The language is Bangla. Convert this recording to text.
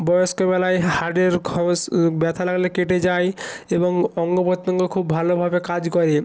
বয়েস্ক বেলায় হাড়ের খস ব্যথা লাগলে কেটে যাই এবং অঙ্গ প্রত্যঙ্গ খুব ভালোভাবে কাজ করে